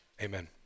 Amen